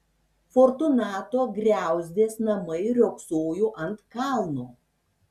fortunato griauzdės namai riogsojo ant kalno